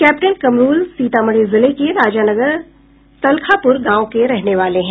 captain Kamrul Sitamarhi जिले के राजानगर तलखापुर गांव के रहने वाले हैं